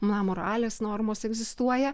na moralės normos egzistuoja